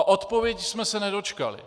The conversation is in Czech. Odpovědi jsme se nedočkali.